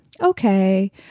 okay